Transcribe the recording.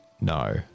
No